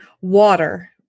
water